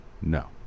No